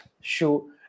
shoe